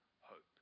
hope